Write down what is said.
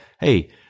Hey